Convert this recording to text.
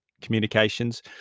communications